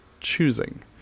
choosing